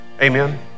Amen